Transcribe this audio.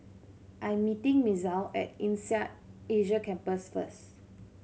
I am meeting Misael at INSEAD Asia Campus first